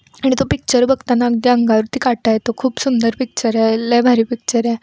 आणि तो पिक्चर बघताना अगदी अंगावरती काटा येतो खूप सुंदर पिक्चर आहे लय भारी पिक्चर आहे